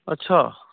ਅੱਛਾ